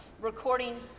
recording